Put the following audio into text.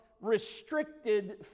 restricted